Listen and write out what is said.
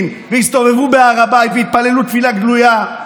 ויסתובבו בהר הבית ויתפללו תפילה גלויה.